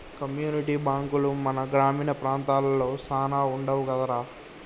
community బాంకులు మన గ్రామీణ ప్రాంతాలలో సాన వుండవు కదరా